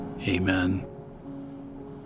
Amen